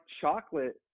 chocolate